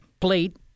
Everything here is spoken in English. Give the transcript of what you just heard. plate